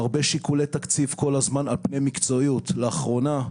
הרבה שיקולי תקציב כל הזמן על פני מקצועיות לאחרונה,